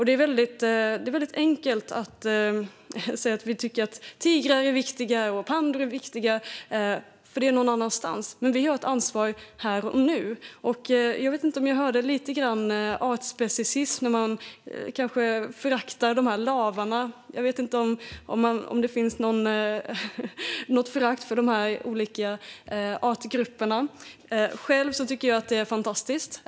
Det är väldigt enkelt att säga att vi tycker att tigrar och pandor är viktiga, för de är någon annanstans. Men vi har ett ansvar här och nu. Jag vet inte om jag hörde lite grann av speciesism. Man kanske föraktar dessa lavar. Jag vet inte om det finns något förakt för de olika artgrupperna. Själv tycker jag att det är fantastiskt.